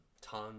tongue